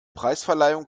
preisverleihung